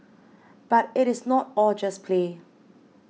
but it is not all just play